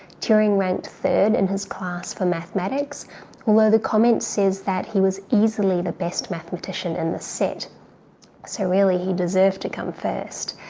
turing ranked third in his class for mathematics although the comment says that he was easily the best mathematician in the set so really he deserved to come first.